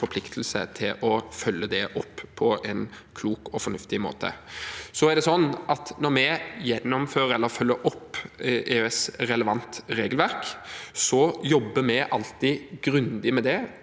forpliktelse til å følge det opp på en klok og fornuftig måte. Når vi gjennomfører eller følger opp EØS-relevant regelverk, jobber vi alltid grundig med det